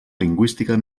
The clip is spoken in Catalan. lingüística